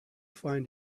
find